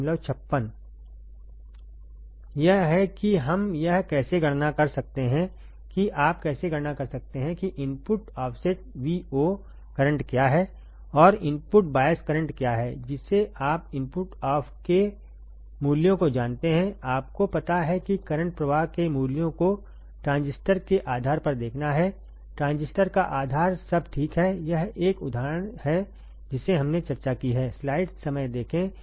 2 यह है कि हम यह कैसे गणना कर सकते हैं कि आप कैसे गणना कर सकते हैं कि इनपुट ऑफ़सेट Vo करंट क्या है और इनपुट बायस करंट क्या है जिसे आप इनपुट ऑफ के मूल्यों को जानते हैं आपको पता है कि करंट प्रवाह के मूल्योंको ट्रांजिस्टरके आधार परदेखना है ट्रांजिस्टर का आधार सब ठीक है यह एक उदाहरण है जिसे हमने चर्चा की है